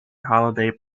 holiday